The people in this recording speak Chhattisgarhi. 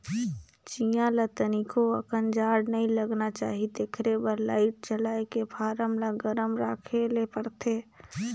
चीया ल तनिको अकन जाड़ नइ लगना चाही तेखरे बर लाईट जलायके फारम ल गरम राखे ले परथे